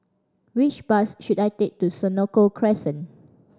which bus should I take to Senoko Crescent